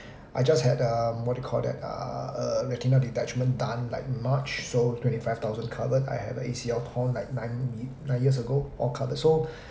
I just had the what you call that uh err retina detachment done like march so twenty five thousand covered I have a A_C_L torn like nine mi~ nine years ago all covered so